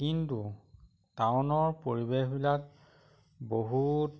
কিন্তু টাউনৰ পৰিৱেশবিলাক বহুত